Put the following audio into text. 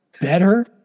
better